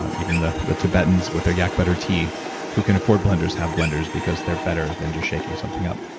ah even the the tibetans with their yak butter tea who can afford blenders, have blenders, because they're better than just shaking something up.